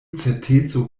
certeco